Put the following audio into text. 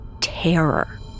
terror